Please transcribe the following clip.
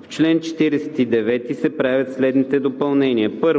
В чл. 49 се правят следните допълнения: 1.